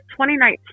2019